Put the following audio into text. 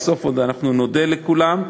בסוף עוד נודה לכולם.